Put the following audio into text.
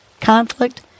conflict